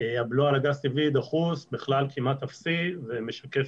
הבלו על הגז טבעי דחוס בכלל כמעט אפסי ומשקף